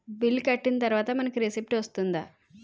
Bill కట్టిన తర్వాత మనకి రిసీప్ట్ వస్తుందా?